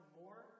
more